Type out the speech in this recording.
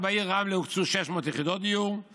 בעיר רמלה הוקצו 650 יחידות דיור בסך הכול.